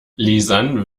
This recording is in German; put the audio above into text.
lisann